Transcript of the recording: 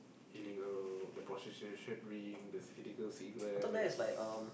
Illegal the prostitution rings the illegal cigarettes